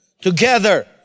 together